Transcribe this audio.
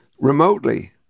remotely